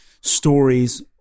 stories